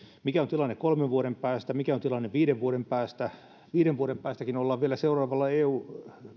on tilanne kolmen vuoden päästä mikä on tilanne viiden vuoden päästä viiden vuoden päästäkin ollaan vielä seuraavalla eun